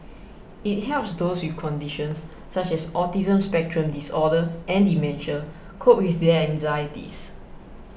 it helps those with conditions such as autism spectrum disorder and dementia cope with their anxieties